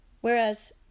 whereas